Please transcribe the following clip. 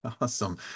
awesome